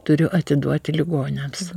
turiu atiduoti ligoniams